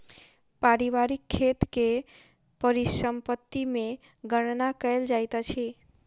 पारिवारिक खेत के परिसम्पत्ति मे गणना कयल जाइत अछि